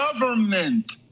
government